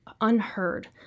unheard